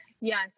Yes